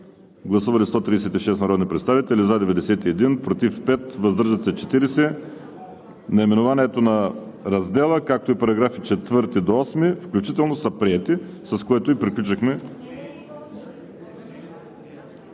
Гласували 136 народни представители: за 91, против 5, въздържали се 40. Наименованието на раздела, както и параграфи 4 – 8 включително са приети.